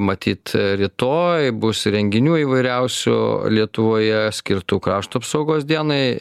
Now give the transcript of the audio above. matyt rytoj bus renginių įvairiausių lietuvoje skirtų krašto apsaugos dienai